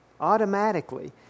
Automatically